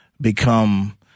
become